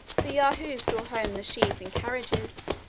the yahoos draw home the sheaves in carriages,